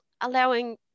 allowing